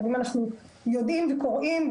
לפעמים אנחנו יודעים וקוראים,